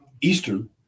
Eastern